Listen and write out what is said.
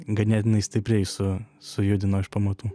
ganėtinai stipriai su sujudino iš pamatų